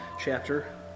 chapter